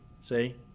See